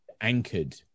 anchored